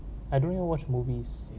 I don't even watch movies